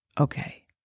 okay